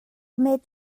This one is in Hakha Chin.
met